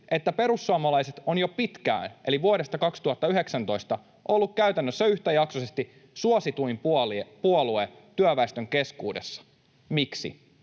että perussuomalaiset ovat jo pitkään, eli vuodesta 2019, olleet käytännössä yhtäjaksoisesti suosituin puolue työväestön keskuudessa. Miksi?